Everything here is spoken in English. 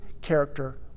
character